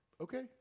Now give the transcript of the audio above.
okay